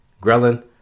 Ghrelin